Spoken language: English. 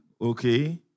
okay